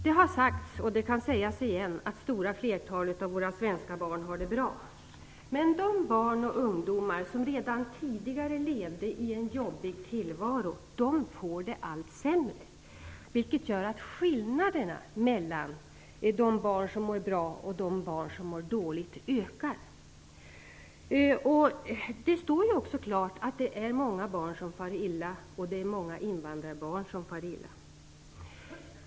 Det har sagts, och det kan sägas igen, att det stora flertalet av våra svenska barn har det bra. Men de barn och ungdomar som redan tidigare levde i en jobbig tillvaro får det allt sämre, vilket gör att skillnaderna mellan de barn som mår bra och de barn som mår dåligt ökar. Det står också klart att det är många barn som far illa, och det är många invandrarbarn som far illa.